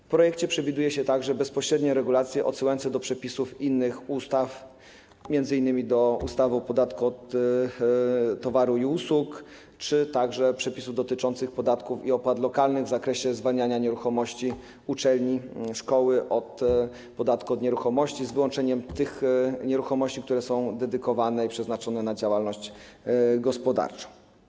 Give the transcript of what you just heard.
W projekcie przewiduje się także bezpośrednie regulacje odsyłające do przepisów innych ustaw, m.in. do ustawy o podatku od towarów i usług, czy też przepisów dotyczących podatków i opłat lokalnych w zakresie zwalniania nieruchomości uczelni, szkoły od podatku od nieruchomości, z wyłączeniem tych nieruchomości, które są dedykowane, przeznaczane na działalność gospodarczą.